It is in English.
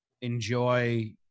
enjoy